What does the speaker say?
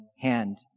hand